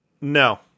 No